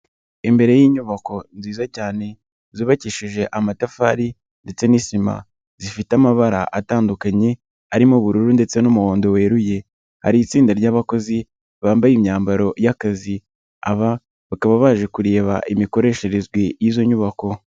Imbere y'inyubako nziza cyane zubakishije amatafari ndetse n'isima, zifite amabara atandukanye arimo ubururu ndetse n'umuhondo weruye, hari itsinda ry'abakozi bambaye imyambaro y'akazi, aba bakaba baje kureba imikoresherezwe y'izo nyubako.